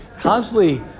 constantly